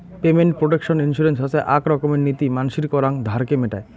payment protection insurance হসে আক রকমের নীতি মানসির করাং ধারকে মেটায়